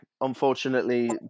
unfortunately